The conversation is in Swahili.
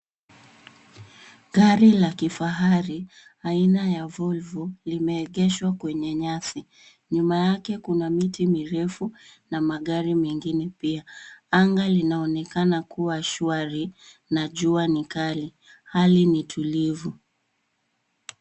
Gari la kifahari aina ya Volvo, limeegeshwa kwenye nyasi. Nyuma yake kuna miti mirefu na magari mengine pia, anga linaonekana kuwa shwari na jua ni kali hali ni tulivu.